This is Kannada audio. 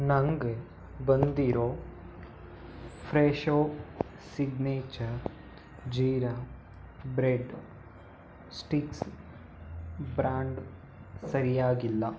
ನಂಗೆ ಬಂದಿರೋ Fresho signature jeera bread sticks brand ಸರಿಯಾಗಿಲ್ಲ